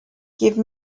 give